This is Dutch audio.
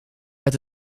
met